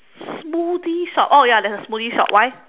smoothie shop oh ya there's a smoothie shop why